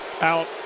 out